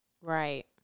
Right